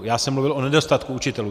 Já jsem mluvil o nedostatku učitelů.